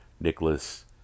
Nicholas